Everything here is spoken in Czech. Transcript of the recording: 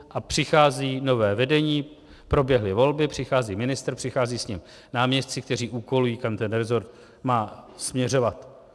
A přichází nové vedení, proběhly volby, přichází ministr, přicházejí s ním náměstci, kteří úkolují, kam ten resort má směřovat.